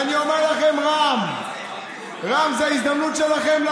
אבל, של לענות לנו על